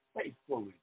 faithfully